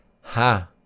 Ha